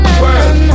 world